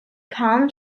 palm